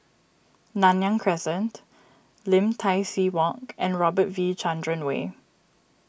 Nanyang Crescent Lim Tai See Walk and Robert V Chandran Way